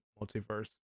multiverse